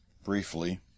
Briefly